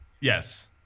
Yes